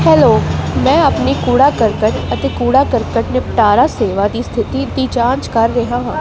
hello ਮੈਂ ਆਪਣੀ ਕੂੜਾ ਕਰਕਟ ਅਤੇ ਕੂੜਾ ਕਰਕਟ ਨਿਪਟਾਰਾ ਸੇਵਾ ਦੀ ਸਥਿਤੀ ਦੀ ਜਾਂਚ ਕਰ ਰਿਹਾ ਹਾਂ